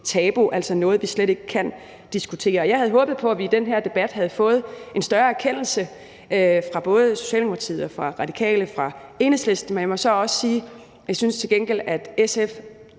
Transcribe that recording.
tabu, altså noget, vi slet ikke kan diskutere. Og jeg havde håbet på, at vi i den her debat havde fået en større erkendelse fra både Socialdemokratiet, Radikale Venstre og Enhedslisten, men jeg må så sige, at jeg til gengæld synes, at SF